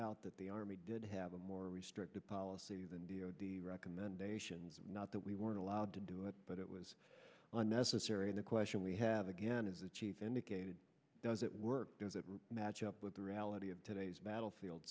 out that the army did have a more restrictive policy than the recommendations not that we weren't allowed to do it but it was unnecessary and a question we have again as the chief indicated does it work does it match up with the reality of today's battlefield